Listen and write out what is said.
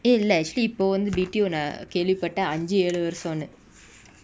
eh இல்ல:illa actually இப்போ வந்து:ippo vanthu B_T_O and a கேள்வி பட்ட அஞ்சு ஏழு வருசோனு:kelvi patta anju yelu varusonu